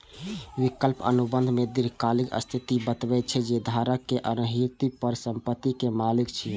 विकल्प अनुबंध मे दीर्घकालिक स्थिति बतबै छै, जे धारक अंतर्निहित परिसंपत्ति के मालिक छियै